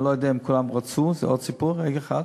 אני לא יודע אם כולם רצו, זה עוד סיפור, רגע אחד.